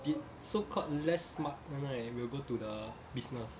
the so called less smart one right will go to the business